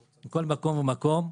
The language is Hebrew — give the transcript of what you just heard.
על כל מקום ומקום,